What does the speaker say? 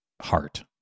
heart